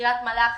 מקרית מלאכי.